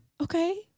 Okay